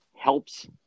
helps